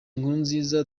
nkurunziza